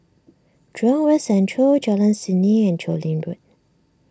Jurong West Central Jalan Seni and Chu Lin Road